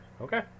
okay